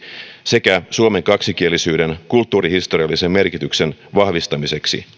sekä suomen kaksikielisyyden kulttuurihistoriallisen merkityksen vahvistamiseksi